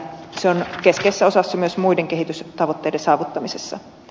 se on keskeisessä osassa myös muiden kehitystavoitteiden saavuttamisessa